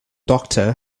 doctor